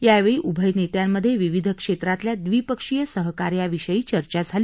यावेळी उभय नेत्यांमधे विविध क्षेत्रातल्या द्विपक्षीय सहकार्याविषयी चर्चा झाली